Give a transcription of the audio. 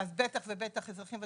אז בטח ובטח אזרחים ותיקים,